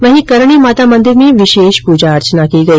वहीं करणी माता मंदिर में विशेष पूजा अर्चना की गई